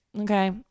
okay